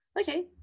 Okay